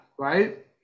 Right